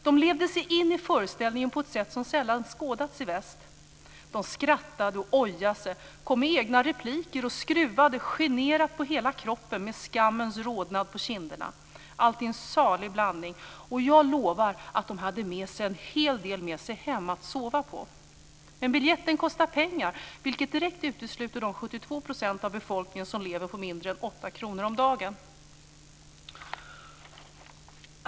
De levde sig in i föreställningen på ett sätt som sällan skådas i väst. De skrattade, ojade sig, kom med egna repliker och skruvade generat på hela kroppen med skammens rodnad på kinderna, allt i en salig blandning. Jag lovar att de hade en hel del med sig hem att sova på. Men biljetten kostar pengar, vilket direkt utesluter de 72 % av befolkningen som lever på mindre än 8 kr om dagen.